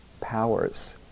powers